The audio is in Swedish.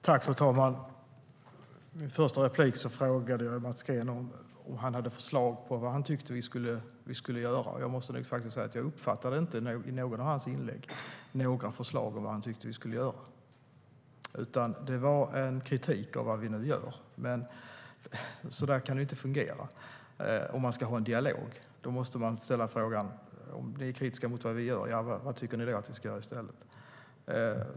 Fru talman! I mitt första inlägg frågade jag Mats Green om han hade förslag på vad vi ska göra. Jag måste säga att jag inte i något av hans inlägg uppfattade några förslag på vad vi ska göra, utan det var en kritik av vad vi nu gör. Så där kan det ju inte fungera om man ska ha en dialog. Då måste man ställa frågan: Om ni är kritiska mot vad vi gör, vad tycker ni då att vi ska göra i stället?